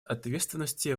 ответственности